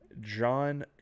John